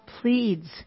pleads